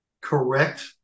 correct